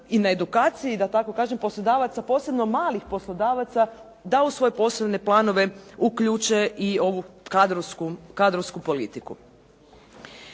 i na edukaciji da tako kažem poslodavaca a posebno malih poslodavaca da u svoje poslovne planove uključe i ovu kadrovsku politiku.